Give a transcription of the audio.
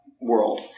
world